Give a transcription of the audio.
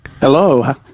Hello